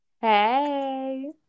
hey